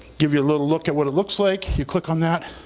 give you a little look at what it looks like, you click on that,